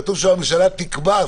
כתוב שהממשלה תקבע.